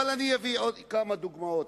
ואני אביא עוד כמה דוגמאות,